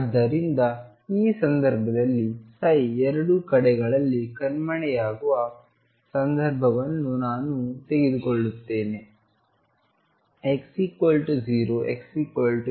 ಆದ್ದರಿಂದ ಈ ಸಂದರ್ಭದಲ್ಲಿ psi ಎರಡೂ ಕಡೆಗಳಲ್ಲಿ ಕಣ್ಮರೆಯಾಗುವ ಸಂದರ್ಭವನ್ನು ನಾನು ತೆಗೆದುಕೊಳ್ಳುತ್ತಿದ್ದೇನೆ x0 xL